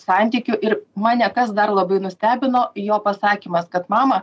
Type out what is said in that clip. santykių ir mane kas dar labai nustebino jo pasakymas kad mama